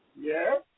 Yes